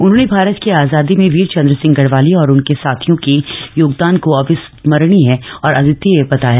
उन्होंने भारत की आजादी में वीर चन्द्र सिंह गढ़वाली और उनके साथियों के योगदान को अविस्मरणीय और अद्वितीय बताया